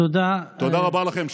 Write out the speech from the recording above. תודה רבה לכם.